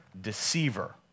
deceiver